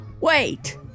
Wait